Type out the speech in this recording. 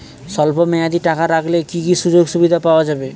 স্বল্পমেয়াদী টাকা রাখলে কি কি সুযোগ সুবিধা পাওয়া যাবে?